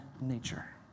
nature